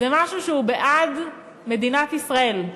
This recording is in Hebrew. זה משהו שהוא בעד מדינת ישראל.